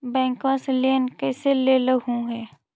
बैंकवा से लेन कैसे लेलहू हे?